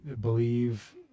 believe